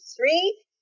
three